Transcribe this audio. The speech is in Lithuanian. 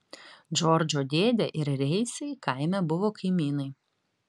džordžo dėdė ir reisai kaime buvo kaimynai